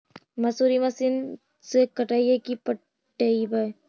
मसुरी मशिन से कटइयै कि पिटबै?